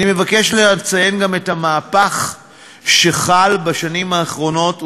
אני מבקש לציין גם את המהפך שחל בשנים האחרונות,